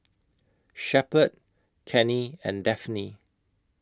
Shepherd Cannie and Daphne